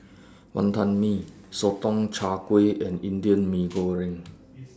Wantan Mee Sotong Char Kway and Indian Mee Goreng